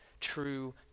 true